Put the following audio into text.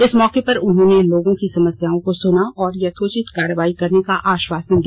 इस मौके पर उन्होंने लोगों की समस्याओं को सुना और यथोचित कार्रवाई करने का आश्वासन दिया